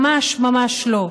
ממש ממש לא.